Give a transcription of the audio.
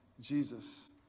Jesus